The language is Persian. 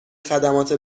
خدمات